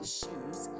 shoes